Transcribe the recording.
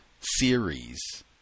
series